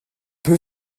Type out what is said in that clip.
peu